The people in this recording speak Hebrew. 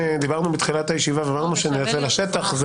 דיברנו בתחילת הישיבה ואמרנו שנצא לשטח.